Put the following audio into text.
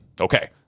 okay